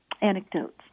anecdotes